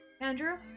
Andrew